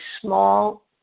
small